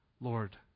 Lord